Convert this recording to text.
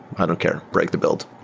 i don't care. break the build.